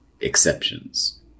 exceptions